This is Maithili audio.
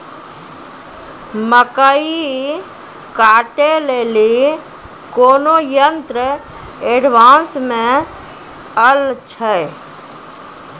मकई कांटे ले ली कोनो यंत्र एडवांस मे अल छ?